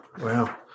wow